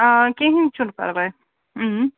آ کِہیٖنٛۍ چھُنہٕ پَرواے